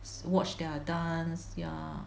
watch their dance ya